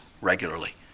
regularly